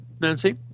Nancy